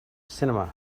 cinema